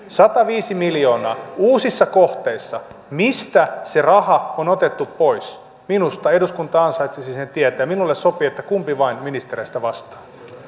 sataviisi miljoonaa uusissa kohteissa mistä se raha on otettu pois minusta eduskunta ansaitsisi sen tietää minulle sopii että kumpi vaan ministereistä vastaa